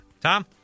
tom